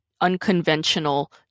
unconventional